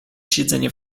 siedzenie